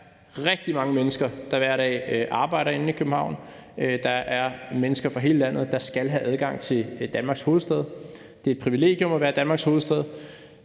Der er rigtig mange mennesker, der hver dag arbejder inde i København. Der er mennesker fra hele landet, der skal have adgang til Danmarks hovedstad. Det er et privilegium at være Danmarks hovedstad;